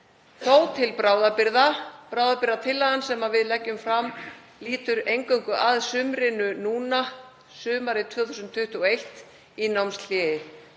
þó til bráðabirgða. Bráðabirgðatillagan sem við leggjum fram lýtur eingöngu að sumrinu núna, sumrinu 2021, í námshléi.